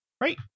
Right